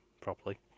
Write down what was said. properly